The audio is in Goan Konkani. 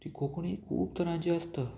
ती कोंकणी खूब तरांची आसता